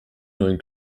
neuen